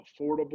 affordable